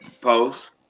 Post